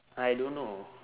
I don't know